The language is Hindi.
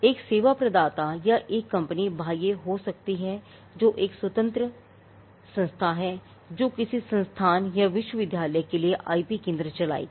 एक सेवा प्रदाता या एक कंपनी बाह्य हो सकती है जो एक स्वतंत्र संस्था है जो किसी संस्थान या विश्वविद्यालय के लिए आईपी केंद्र चलाएगी